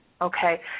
okay